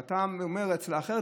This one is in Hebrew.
ואתה אומר: אצל האחר,